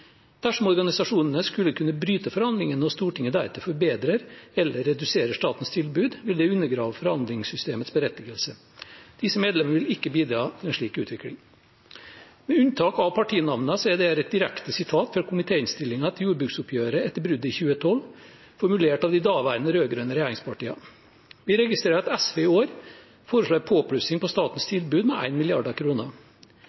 Dersom organisasjonene skulle kunne bryte forhandlingene og Stortinget deretter forbedrer eller reduserer statens tilbud, vil det undergrave forhandlingssystemets berettigelse. Disse medlemmer vil ikke bidra til en slik utvikling.» Med unntak av partinavnet er dette er et direkte sitat fra komitéinnstillingen til jordbruksoppgjøret etter bruddet i 2012, formulert av de daværende rød-grønne regjeringspartiene. Vi registrerer at SV i år foreslår en påplussing på statens